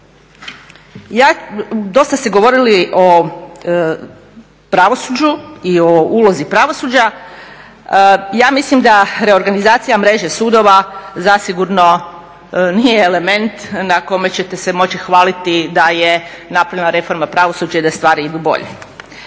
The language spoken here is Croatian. Dosta ste govorili o pravosuđu i o ulozi pravosuđa. Ja mislim da reorganizacija mreže sudova zasigurno nije element na kome ćete se moći hvaliti da je napravljena reforma pravosuđa i da stvari idu bolje.